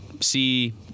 see